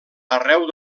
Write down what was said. arreu